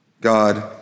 God